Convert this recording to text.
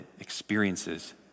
experiences